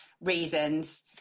reasons